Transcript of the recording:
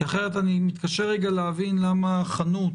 כי אחרת אני מתקשה להבין למה חנות,